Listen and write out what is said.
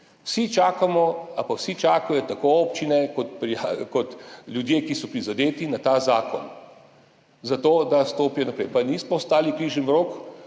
Vsi čakamo ali pa vsi čakajo, tako občine kot ljudje, ki so prizadeti, na ta zakon, zato da stopijo naprej, pa nismo stali križem rok.